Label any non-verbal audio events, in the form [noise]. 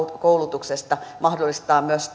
koulutuksesta mahdollistaa sitten myös [unintelligible]